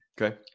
Okay